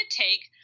take